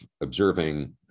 observing